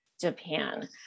Japan